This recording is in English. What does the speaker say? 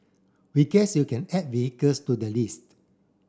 we guess you can add vehicles to the list